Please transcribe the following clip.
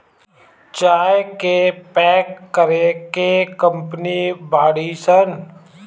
चाय के पैक करे के कंपनी बाड़ी सन